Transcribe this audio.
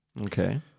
Okay